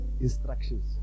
Instructions